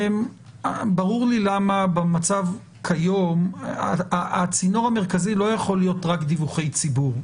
ברור לי למה במצב כיום הצינור המרכזי לא יכול להיות רק דיווחי ציבור.